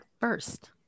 first